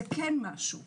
זה כן משהו.